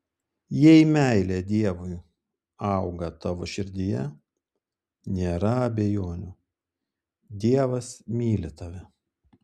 jei meilė dievui auga tavo širdyje nėra abejonių dievas myli tave